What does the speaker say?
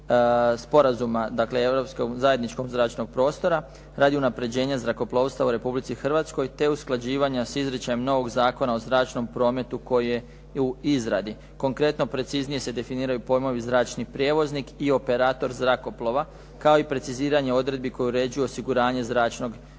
sporazuma, dakle europskog zajedničkog zračnog prostora radi unaprjeđenja zrakoplovstva u Republici Hrvatskoj te usklađivanja s izričajem novog Zakona o zračnom prometu koje je u izradi. Konkretno, preciznije se definiraju pojmovi zračni prijevoznik i operator zrakoplova, kao i preciziranje odredbi koje uređuju osiguranje zračnog